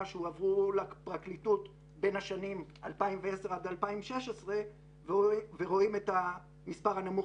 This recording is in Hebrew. שהועברו לפרקליטות בין השנים 2010 עד 2016 ורואים את המספר הנמוך